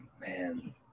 man